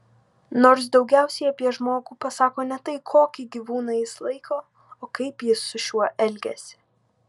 nors daugiausiai apie žmogų pasako ne tai kokį gyvūną jis laiko o kaip jis su šiuo elgiasi